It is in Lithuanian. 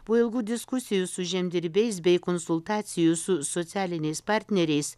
po ilgų diskusijų su žemdirbiais bei konsultacijų su socialiniais partneriais